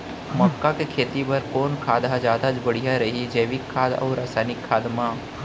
मक्का के खेती बर कोन खाद ह जादा बढ़िया रही, जैविक खाद अऊ रसायनिक खाद मा?